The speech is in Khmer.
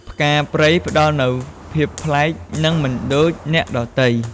ផ្កាព្រៃផ្តល់នូវ ភាពប្លែក និងមិនដូចអ្នកដទៃ។